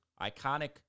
iconic